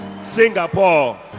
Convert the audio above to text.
singapore